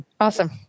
Awesome